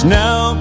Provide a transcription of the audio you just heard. now